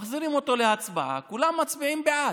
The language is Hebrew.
מחזירים אותו להצבעה, וכולם מצביעים בעד.